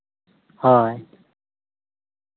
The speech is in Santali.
ᱦᱳᱭ